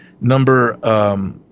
number